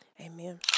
Amen